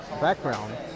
background